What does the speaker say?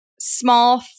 small